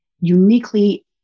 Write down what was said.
uniquely